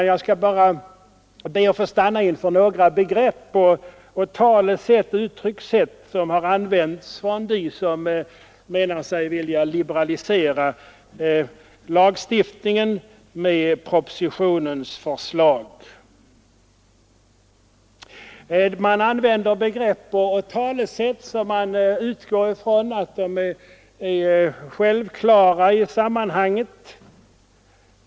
Jag skall bara stanna inför några begrepp och uttryckssätt som använts av dem som vill liberalisera lagstiftningen genom propositionens förslag. Man utgår från att de begagnade talesätten är självklara i sammanhanget.